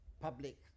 public